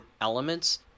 elements